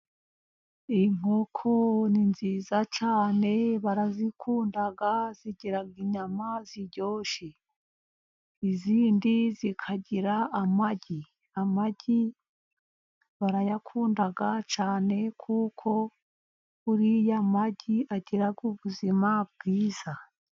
Inkoko ni nziza cyane, barazikunda zigira inyama ziryoshye. Izindi zikagira amagi, amagi barayakunda cyane kuko uriye amagi agira ubuzima bwiza.